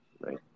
right